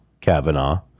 Kavanaugh